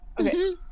Okay